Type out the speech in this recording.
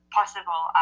possible